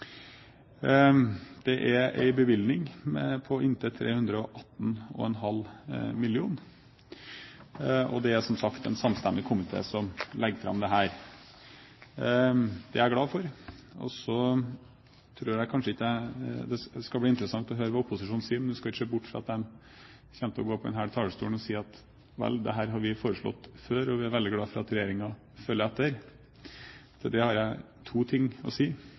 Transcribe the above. Det er en bevilgning på inntil 318,5 mill. kr, og det er som sagt en samstemmig komité som legger fram dette. Det er jeg glad for. Det skal bli interessant å høre hva opposisjonen sier, men en skal ikke se bort fra at de kommer til å gå på denne talerstolen og si at vel, dette har vi foreslått før, og vi er veldig glad for at regjeringen følger etter. Til det har jeg to ting å si: